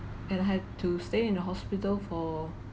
and I had to stay in the hospital for